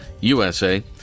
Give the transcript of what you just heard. USA